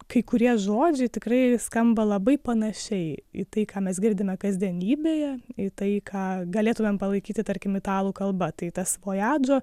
kai kurie žodžiai tikrai skamba labai panašiai į tai ką mes girdime kasdienybėje į tai ką galėtumėm palaikyti tarkim italų kalba tai tas vojadžo